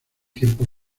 tiempo